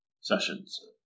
sessions